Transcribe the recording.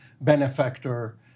benefactor